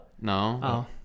No